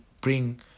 bring